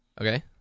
Okay